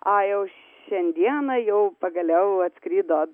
a jau šiandieną jau pagaliau atskrido